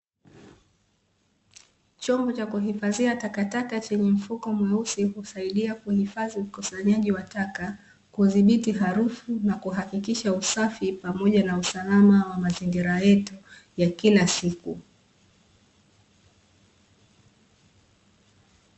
Chombo cha kuhifadhia takataka chenye mfuko mweusi husaidia kuhifadhi ukusanyaji wa taka, kudhibiti harufu na kuhakikisha usafi pamoja na usalama wa mazingira yetu ya kila siku.